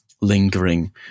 lingering